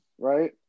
right